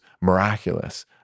miraculous